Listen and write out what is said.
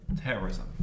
terrorism